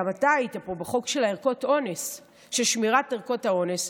וגם אתה היית פה, של שמירת ערכות האונס,